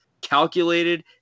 calculated